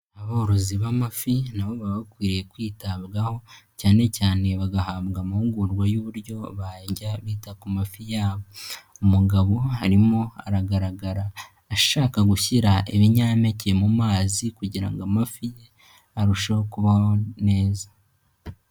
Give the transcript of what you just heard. Aborozi b'amafi na bo baba bakwiye kwitabwaho cyane cyane bagahabwa amahugurwa y'uburyo bajya bita ku mafi yabo. Umugabo arimo aragaragara ashaka gushyira ibinyampeke mu mazi kugira ngo amafi ye arusheho kubaho neza.